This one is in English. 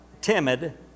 timid